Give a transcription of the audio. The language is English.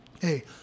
Hey